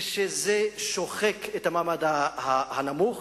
וזה שוחק את המעמד הנמוך,